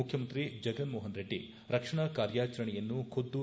ಮುಖ್ಯಮಂತ್ರಿ ಜಗನ್ ಮೋಹನ್ ರೆಡ್ಡಿ ರಕ್ಷಣಾ ಕಾರ್ಯಚರಣೆಯನ್ನು ಖುದ್ದು